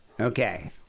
okay